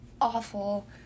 awful